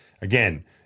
Again